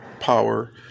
power